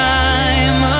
time